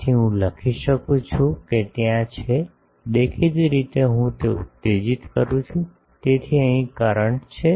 તેથી હું લખી શકું છું કે ત્યાં છે દેખીતી રીતે હું તે ઉતેજીત કરું છું તેથી અહીં કરંટ છે